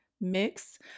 mix